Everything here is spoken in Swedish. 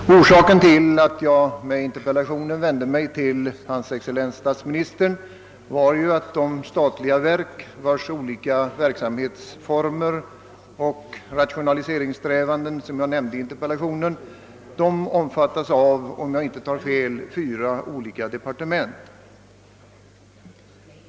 Herr talman! Jag ber att få tacka finansminister Sträng för svaret på min interpellation. Orsaken till att jag vände mig med min interpellation till hans excellens statsministern var att de statliga verk, vilkas olika verksamhetsformer och rationaliseringssträvanden det här gäller, omfattas av — om jag inte tar fel — fyra olika departement.